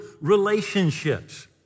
relationships